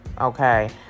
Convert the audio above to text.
okay